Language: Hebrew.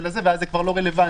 ואז זה כבר לא רלוונטי.